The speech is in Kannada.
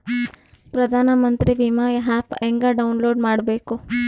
ಪ್ರಧಾನಮಂತ್ರಿ ವಿಮಾ ಆ್ಯಪ್ ಹೆಂಗ ಡೌನ್ಲೋಡ್ ಮಾಡಬೇಕು?